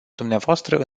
dumneavoastră